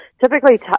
Typically